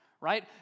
right